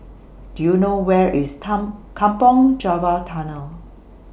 Do YOU know Where IS Kampong Java Tunnel